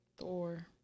Thor